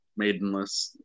maidenless